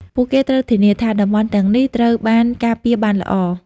ពួកគេត្រូវធានាថា តំបន់ទាំងនេះត្រូវបានការពារបានល្អ។